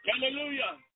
Hallelujah